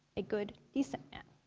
a good, decent man.